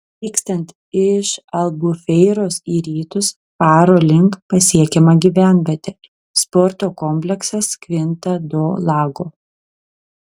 vykstant iš albufeiros į rytus faro link pasiekiama gyvenvietė sporto kompleksas kvinta do lago